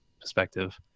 perspective